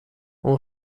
اون